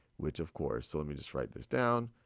which of course, so let me just write this down,